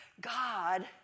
God